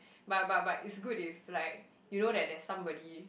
but but but it's good if like you know that there's somebody